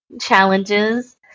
challenges